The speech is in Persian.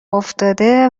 افتاده